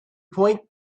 point